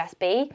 USB